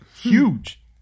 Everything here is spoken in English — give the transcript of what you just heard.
huge